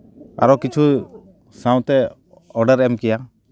ᱟᱨᱚ ᱠᱤᱪᱷᱩ ᱥᱟᱶᱛᱮ ᱚᱰᱟᱨ ᱮᱢ ᱠᱮᱭᱟ